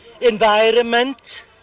environment